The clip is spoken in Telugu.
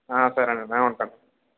సరే అండి ఉంటాను